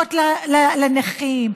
שדואגות לנכים,